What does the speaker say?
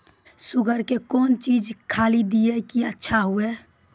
Sugar के कौन चीज खाली दी कि अच्छा हुए?